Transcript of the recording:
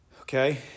Okay